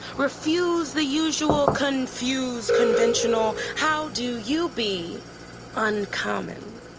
refuse the usual, confuse conventional? how do you be uncommon?